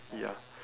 ya